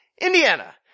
Indiana